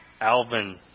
Alvin